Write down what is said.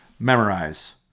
Memorize